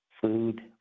food